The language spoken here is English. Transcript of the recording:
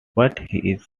brave